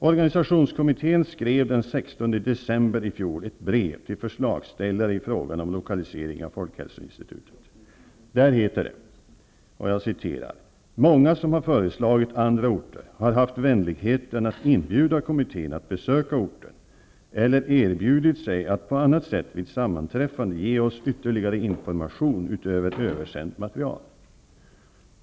Organisationskommittén skrev den 16 december i fjol ett brev till förslagsställarna i frågan om lokaliseringen av folkhälsoinstituet. I brevet står det: ''Många som har föreslagit andra orter har haft vänligheten att inbjuda kommittén att besöka orten, eller erbjudit sig att på annat sätt vid sammanträffande ge oss ytterligare information utöver översänt material.